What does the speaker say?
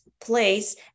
place